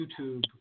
YouTube